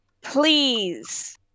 Please